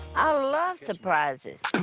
i love surprises.